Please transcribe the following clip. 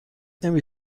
نمی